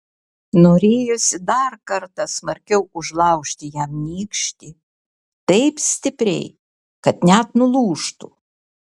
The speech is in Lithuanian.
norėjosi dar smarkiau užlaužti jam nykštį taip stipriai kad net nulūžtų